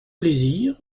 plaisir